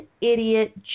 idiot